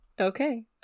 Okay